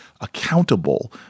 accountable